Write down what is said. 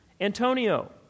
Antonio